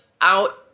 out